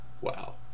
Wow